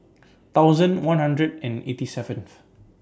thousand one hundred and eighty seventh